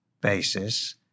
basis